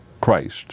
Christ